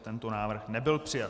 Tento návrh nebyl přijat.